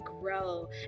grow